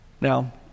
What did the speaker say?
Now